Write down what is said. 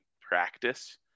practice